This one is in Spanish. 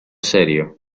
serio